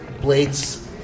Blades –